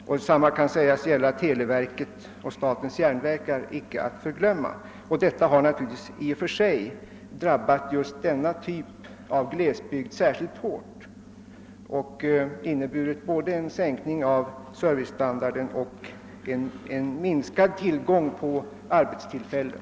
Likadant är förhållandena med televerket och som bekant även statens järnvägar. Allt detta har särskilt hårt drabbat den aktuella typen av glesbygd och har både inneburit en sänkning av servicestandarden och en minskad tillgång på arbetstillfälllen.